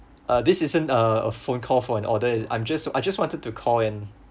uh this isn't a phone call for an order is I'm just I just wanted to call and